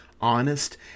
honest